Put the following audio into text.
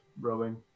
rowing